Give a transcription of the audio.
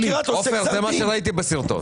עופר, זה מה שראיתי בסרטון.